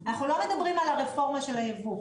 אנחנו לא מדברים על הרפורמה של הייבוא.